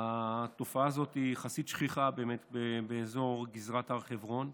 התופעה הזאת שכיחה יחסית באזור גזרת הר חברון,